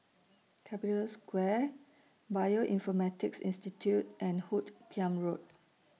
Capital Square Bioinformatics Institute and Hoot Kiam Road